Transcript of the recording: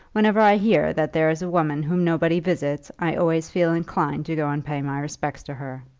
whenever i hear that there is a woman whom nobody visits, i always feel inclined to go and pay my respects to her.